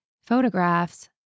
photographs